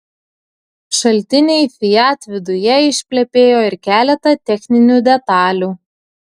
šaltiniai fiat viduje išplepėjo ir keletą techninių detalių